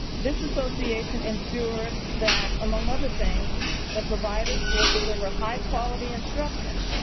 this association ensures that among other things that providers will deliver high quality instructions.